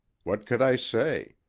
what could i say?